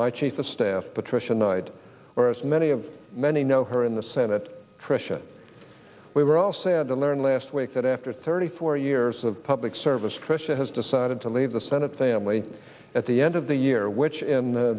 my chief of staff patricia knight or as many of many know her in the senate question we were all sad to learn last week that after thirty four years of public service trisha has decided to leave the senate family at the end of the year which in